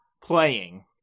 playing